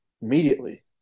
immediately